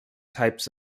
types